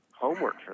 homework